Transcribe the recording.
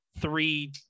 three